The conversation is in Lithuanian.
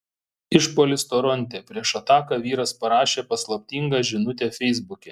išpuolis toronte prieš ataką vyras parašė paslaptingą žinutę feisbuke